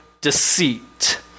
deceit